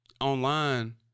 online